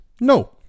No